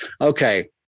okay